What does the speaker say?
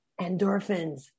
endorphins